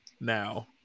now